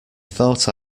thought